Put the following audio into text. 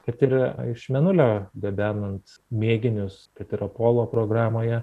kad ir iš mėnulio gabenant mėginius kad ir apolo programoje